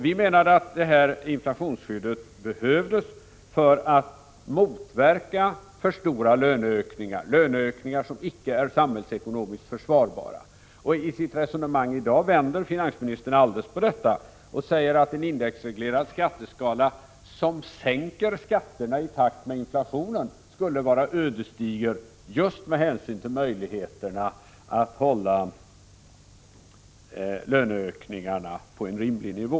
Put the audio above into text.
Vi menade då att inflationsskyddet behövdes för att motverka alltför stora löneökningar, löneökningar som icke är samhällsekonomiskt försvarbara. I sitt resonemang i dag vänder finansministern helt på detta resonemang och säger att en indexreglerad skatteskala, som sänker skatterna i takt med inflationen, skulle vara ödesdiger just med hänsyn till möjligheterna att hålla löneökningarna på en rimlig nivå.